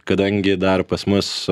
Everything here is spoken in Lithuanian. kadangi dar pas mus